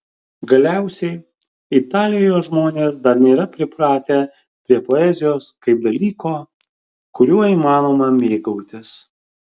galiausiai italijoje žmonės dar nėra pripratę prie poezijos kaip dalyko kuriuo įmanoma mėgautis